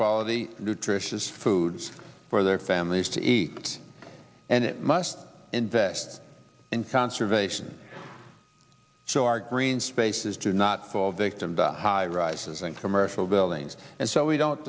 quality nutritious foods for their families to eat and must invest in conservation so our green spaces do not fall victim to high rises and commercial buildings and so we don't